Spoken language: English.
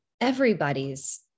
everybody's